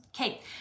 Okay